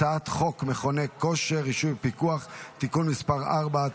הצעת חוק מכוני כושר (רישוי ופיקוח) (תיקון מס' 4),